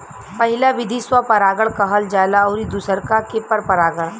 पहिला विधि स्व परागण कहल जाला अउरी दुसरका के पर परागण